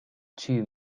two